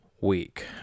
week